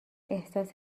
احساس